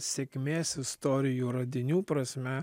sėkmės istorijų radinių prasme